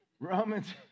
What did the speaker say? Romans